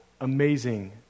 Amazing